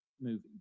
movie